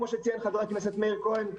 כפי שציין חבר הכנסת מאיר כהן,